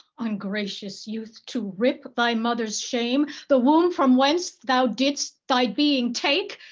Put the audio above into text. ungracious youth, to rip thy mother's shame, the womb from whence thou didst thy being take.